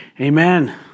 Amen